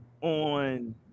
on